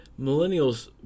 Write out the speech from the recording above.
Millennials